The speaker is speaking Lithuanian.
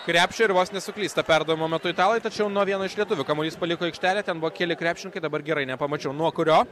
krepšio ir vos nesuklysta perdavimo metu italai tačiau nuo vieno iš lietuvių kamuolys paliko aikštelę ten buvo keli krepšininkai dabar gerai nepamačiau nuo kurio